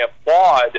applaud